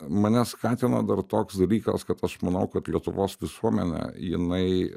mane skatino dar toks dalykas kad aš manau kad lietuvos visuomenė jinai